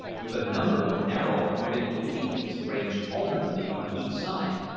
with a number of narrow, pointed leaflets ranged alternately on each side.